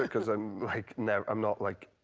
because i'm you know i'm not, like,